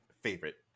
Favorite